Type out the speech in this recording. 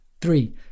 Three